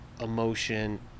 emotion